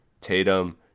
Tatum